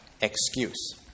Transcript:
excuse